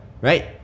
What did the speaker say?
Right